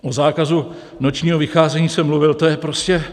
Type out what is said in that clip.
O zákazu nočního vycházení jsem mluvil, to je prostě...